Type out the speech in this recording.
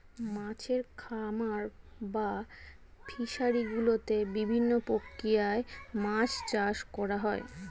মাছের খামার বা ফিশারি গুলোতে বিভিন্ন প্রক্রিয়ায় মাছ চাষ করা হয়